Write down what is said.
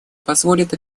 позволит